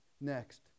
next